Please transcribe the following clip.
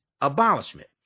abolishment